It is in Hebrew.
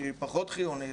שהיא פחות חיונית,